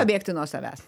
pabėgti nuo savęs